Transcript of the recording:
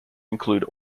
include